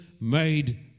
made